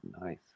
Nice